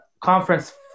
conference